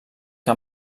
que